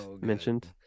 mentioned